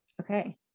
Okay